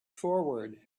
forward